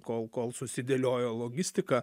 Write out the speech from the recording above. kol kol susidėliojo logistika